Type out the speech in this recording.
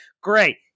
great